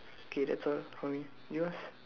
okay that's all for me you ask